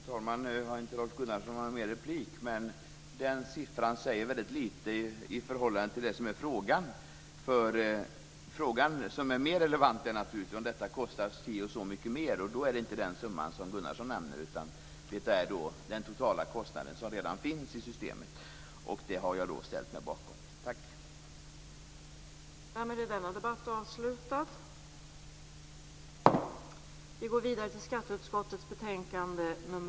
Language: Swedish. Fru talman! Den siffran säger väldigt lite i förhållande till det som är frågan. Den fråga som är mer relevant är naturligtvis om detta kostar si och så mycket mer, och då är det inte den summa som Gunnarsson nämner utan den totala kostnaden, som redan finns i systemet. Jag har då ställt mig bakom det.